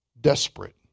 desperate